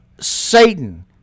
Satan